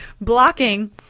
blocking